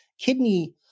kidney